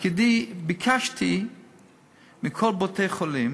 בתפקידי ביקשתי מכל בתי-החולים